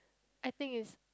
I think it's